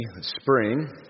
spring